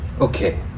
okay